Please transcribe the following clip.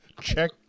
Check